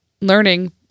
learning